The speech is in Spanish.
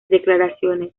declaraciones